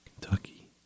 Kentucky